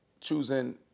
choosing